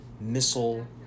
missile